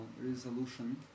resolution